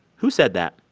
who said that?